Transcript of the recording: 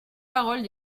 paroles